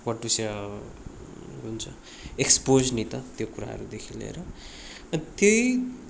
what to say हुन्छ expose नि त त्यो कुराहरूदेखि लिएर त्यही